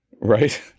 right